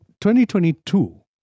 2022